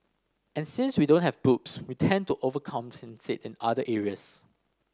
and since we don't have boobs we tend to overcompensate in other areas